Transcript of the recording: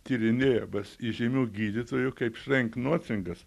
tyrinėjamas įžymių gydytojų kaip šrenknocingas